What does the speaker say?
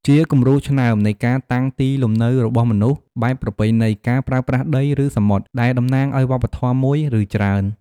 ជាគំរូឆ្នើមនៃការតាំងទីលំនៅរបស់មនុស្សបែបប្រពៃណី ការប្រើប្រាស់ដី ឬសមុទ្រ ដែលតំណាងឱ្យវប្បធម៌មួយ ឬច្រើន។